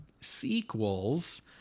sequels